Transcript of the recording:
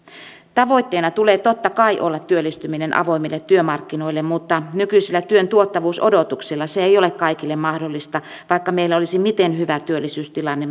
tavoitteena tulee totta kai olla työllistyminen avoimille työmarkkinoille mutta nykyisillä työn tuottavuusodotuksilla se ei ole kaikille mahdollista vaikka meillä olisi maassamme miten hyvä työllisyystilanne